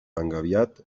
engabiat